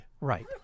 Right